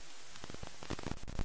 לפני איפא"ק,